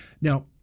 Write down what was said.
Now